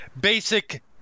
Basic